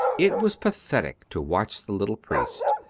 it was pathetic to watch the little priest.